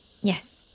Yes